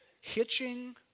Hitching